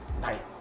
night